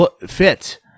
Fit